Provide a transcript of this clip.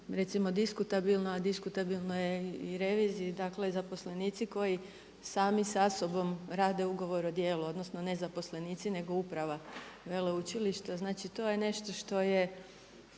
recimo diskutabilno a diskutabilno je i reviziji dakle zaposlenici koji sami sa sobom rade ugovor o djelu odnosno ne zaposlenici nego uprava veleučilišta znači to je nešto što je